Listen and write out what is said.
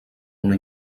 una